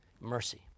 mercy